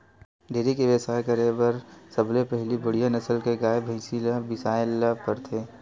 dairy के बेवसाय करे बर सबले पहिली बड़िहा नसल के गाय, भइसी ल बिसाए बर परथे